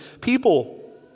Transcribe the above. people